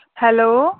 hello